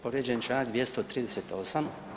Povrijeđen je članak 238.